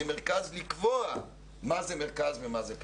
מרכז לקבוע מה זה מרכז ומה זה פריפריה.